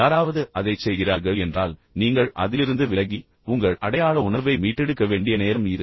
யாராவது அதைச் செய்கிறார்கள் என்றால் நீங்கள் அதிலிருந்து விலகி உங்கள் அடையாள உணர்வை மீட்டெடுக்க வேண்டிய நேரம் இது